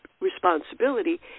responsibility